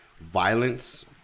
violence